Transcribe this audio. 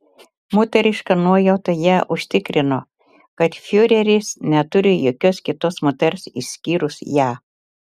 moteriška nuojauta ją užtikrino kad fiureris neturi jokios kitos moters išskyrus ją